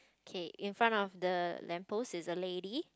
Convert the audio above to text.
okay in front of the lamp post is a lady